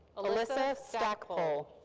alyssa stackpole.